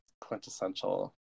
quintessential